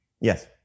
Yes